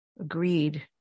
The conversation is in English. Agreed